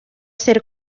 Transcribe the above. ser